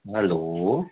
hello